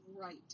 right